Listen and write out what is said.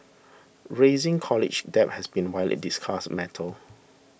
raising college debt has been widely discussed metal